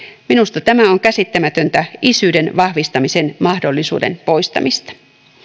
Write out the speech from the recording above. minusta tämä on käsittämätöntä isyyden vahvistamisen mahdollisuuden poistamista